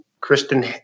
Kristen